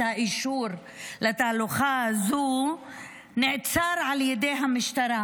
האישור לתהלוכה הזו נעצר על ידי המשטרה,